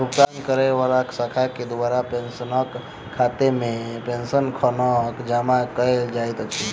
भुगतान करै वला शाखा केँ द्वारा पेंशनरक खातामे पेंशन कखन जमा कैल जाइत अछि